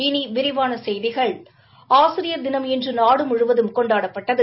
இனி விரிவான செய்திகள் ஆசிரியர் தினம் இன்று நாடு முழுவதும் கொண்டாடப்பட்டது